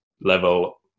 level